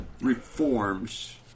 reforms